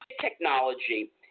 technology